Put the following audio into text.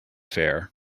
fair